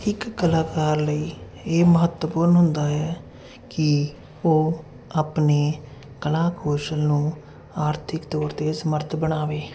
ਇੱਕ ਕਲਾਕਾਰ ਲਈ ਇਹ ਮਹੱਤਵਪੂਰਨ ਹੁੰਦਾ ਹੈ ਕਿ ਉਹ ਆਪਣੇ ਕਲਾਕੋਸ਼ ਨੂੰ ਆਰਥਿਕ ਤੌਰ 'ਤੇ ਸਮਰਥ ਬਣਾਵੇ